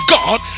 God